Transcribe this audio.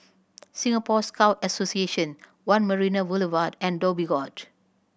Singapore Scout Association One Marina Boulevard and Dhoby Ghaut